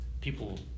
people